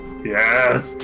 yes